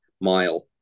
mile